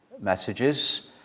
messages